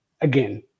Again